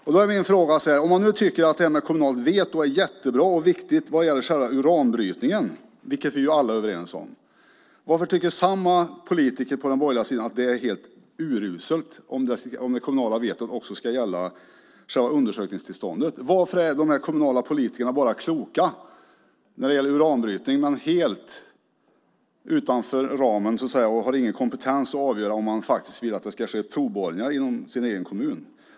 Om man nu tycker att detta med kommunalt veto är jättebra och viktigt när det gäller själva uranbrytningen - det är vi ju alla överens om - varför anser samma politiker på den borgerliga sidan att det är helt uruselt om det kommunala vetot ska gälla också själva undersökningstillståndet? Varför är de kommunala politikerna kloka bara när det gäller uranbrytning men helt utan kompetens att avgöra om det ska ske provborrningar i deras egen kommun?